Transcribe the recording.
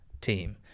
team